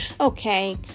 Okay